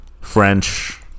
French